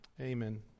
Amen